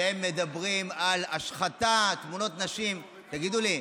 שהם מדברים על השחתת תמונות נשים, תגידו לי,